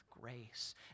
grace